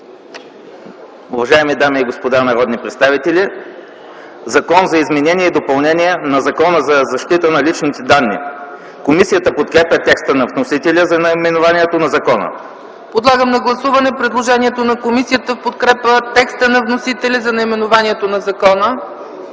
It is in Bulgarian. Уважаеми дами и господа народни представители! „Закон за изменение и допълнение на Закона за защита на личните данни.” Комисията подкрепя текста на вносителя за наименованието на закона. ПРЕДСЕДАТЕЛ ЦЕЦКА ЦАЧЕВА: Подлагам на гласуване предложението на комисията в подкрепа текста на вносителя за наименованието на закона.